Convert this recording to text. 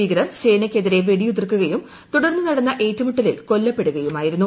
ഭീകരർ സേനയ്ക്കെതിരെ വെടിയുതിർക്കുകയും തുടർന്ന് നടന്ന ഏറ്റുമുട്ടലിൽ കൊല്ലപ്പെടുകയുമായിരുന്നു